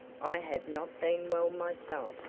i have not been well myself.